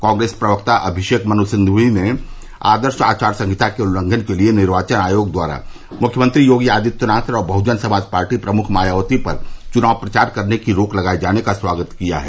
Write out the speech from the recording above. कांग्रेस प्रवक्ता अभिषेक मनु सिंघवी ने आदर्श आचार संहिता के उल्लघन के लिए निर्वाचन आयोग द्वारा मुख्यमंत्री योगी आदित्यनाथ और बहुजन समाज पार्टी प्रमुख मायावती पर चुनाव प्रचार करने की रोक लगाये जाने का स्वागत किया है